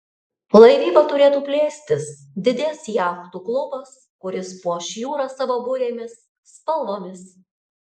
laivyba turėtų plėstis didės jachtų klubas kuris puoš jūrą savo burėmis spalvomis